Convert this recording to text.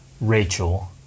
Rachel